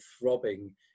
throbbing